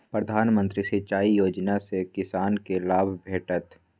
प्रधानमंत्री सिंचाई योजना सँ किसानकेँ लाभ भेटत